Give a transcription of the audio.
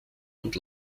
und